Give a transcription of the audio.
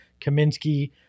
Kaminsky